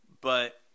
But-